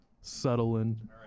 Settling